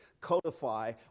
codify